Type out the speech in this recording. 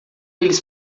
eles